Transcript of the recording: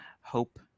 hope